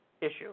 issue